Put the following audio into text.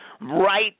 Right